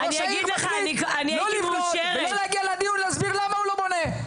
וראש העיר מחליט לא להגיע לדיון להסביר למה הוא לא בונה.